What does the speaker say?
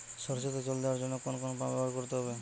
সরষেতে জল দেওয়ার জন্য কোন পাম্প ব্যবহার করতে হবে?